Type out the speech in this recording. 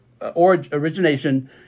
origination